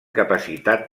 capacitat